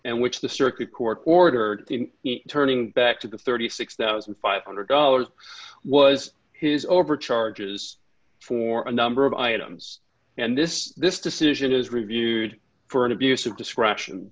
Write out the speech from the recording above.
and which the circuit court ordered turning back to the thirty six thousand five hundred dollars was his over charges for a number of items and this this decision is reviewed for an abuse of discretion